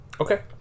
Okay